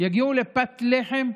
יגיעו לפת לחם.